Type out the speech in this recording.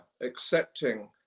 accepting